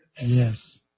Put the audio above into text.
Yes